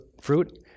fruit